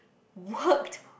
worked